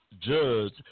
Judge